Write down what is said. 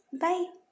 Bye